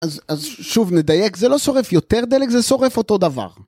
אז שוב נדייק, זה לא שורף יותר דלק, זה שורף אותו דבר.